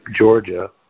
Georgia